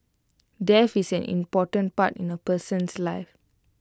death is an important part in A person's life